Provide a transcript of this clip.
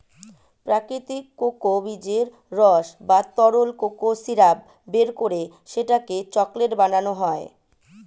প্রাকৃতিক কোকো বীজের রস বা তরল কোকো সিরাপ বের করে সেটাকে চকলেট বানানো হয়